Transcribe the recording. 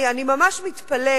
אני ממש מתפלאת.